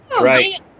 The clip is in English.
Right